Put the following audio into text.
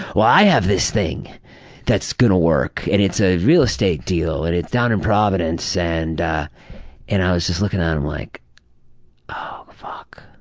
have this thing that's gonna work and it's a real estate deal and it's down in providence and and i was just looking at him like oh fuck.